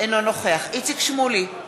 אינו נוכח איציק שמולי,